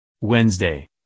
Wednesday